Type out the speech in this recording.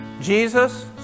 Jesus